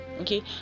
okay